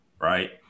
right